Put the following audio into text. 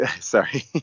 sorry